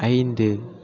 ஐந்து